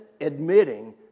admitting